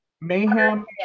mayhem